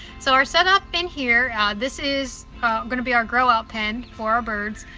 so our setup in here this is going to be our grow out pen for our birds.